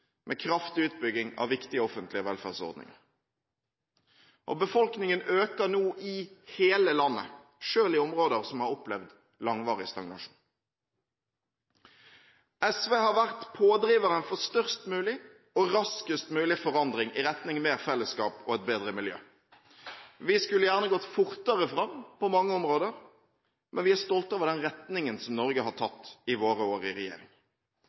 med kraftig utbygging av viktige offentlige velferdsordninger. Befolkningen øker nå i hele landet, selv i områder som har opplevd langvarig stagnasjon. SV har vært pådriveren for størst mulig og raskest mulig forandring i retning av mer fellesskap og et bedre miljø. Vi skulle gjerne ha gått fortere fram på mange områder, men vi er stolte over den retningen som Norge har tatt i våre år i regjering.